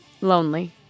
lonely